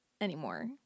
anymore